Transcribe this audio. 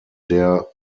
der